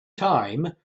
time